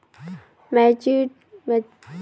Matured হওয়া টাকাটা কি একাউন্ট থাকি অটের নাগিবে?